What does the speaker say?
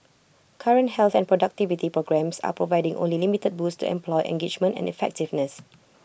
current health and productivity programmes are providing only limited boosts and employment engagement and effectiveness